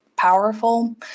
powerful